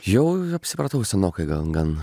jau apsipratau senokai gal gan